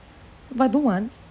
but I don't want